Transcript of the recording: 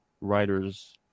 writers